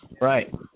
Right